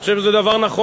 אני חושב שזה דבר נכון.